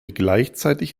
gleichzeitig